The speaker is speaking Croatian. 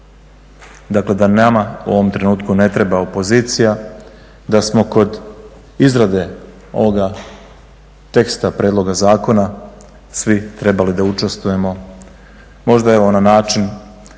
Dakle da nama u ovom trenutku ne treba opozicija, da smo kod izrade ovoga teksta prijedloga zakona svi trebali da učestvujemo možda evo na način